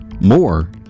More